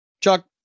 Chuck